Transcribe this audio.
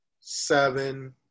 seven